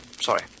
Sorry